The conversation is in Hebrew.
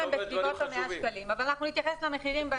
בהמשך אנחנו נתייחס למחירים.